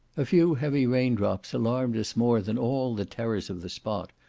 a few heavy rain drops alarmed us more than all the terrors of the spot,